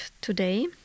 today